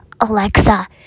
alexa